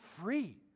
free